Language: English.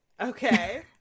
Okay